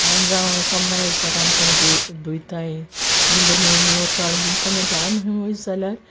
जावं सोमना एक पाटी आमी तेंकां धुय धुयताय आनी बरी नविताल्ल कोन्न दवरताय आमी खोंयी वस जाल्यार